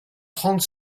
trente